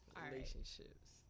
relationships